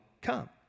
come